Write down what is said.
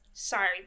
sorry